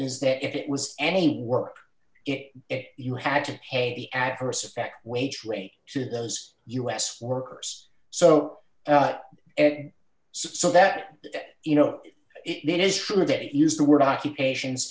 is that if it was any work if you had to pay the adverse effect wage rate to those u s workers so and so that you know it is true that it used the word occupations